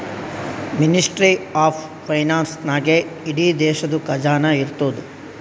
ministry of finance ನಾಗೇ ಇಡೀ ದೇಶದು ಖಜಾನಾ ಇರ್ತುದ್